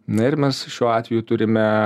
na ir mes šiuo atveju turime